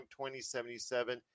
2077